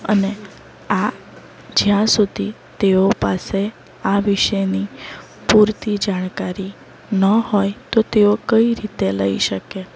અને આ જ્યાં સુધી તેઓ પાસે આ વિષયની પૂરતી જાણકારી ન હોય તો તેઓ કઈ રીતે લઈ શકે